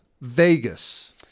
Vegas